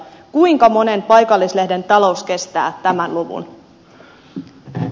kuinka monen paikallislehden talous kestää tämä luvun